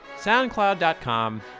soundcloud.com